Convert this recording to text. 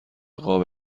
قاب